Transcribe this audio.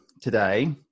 today